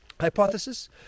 Hypothesis